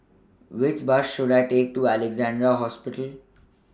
Which Bus should I Take to Alexandra Hospital